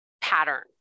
pattern